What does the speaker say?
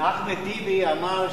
שמונה בעד, שניים מתנגדים,